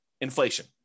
Inflation